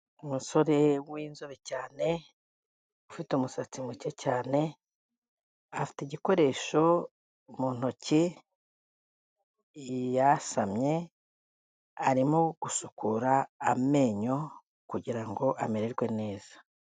Umusore w'inzobe cyane, ufite umusatsi muke cyane, afite igikoresho mu ntoki, yasamye, arimo gusukura amenyo kugira ngo amererwe neza.